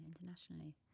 internationally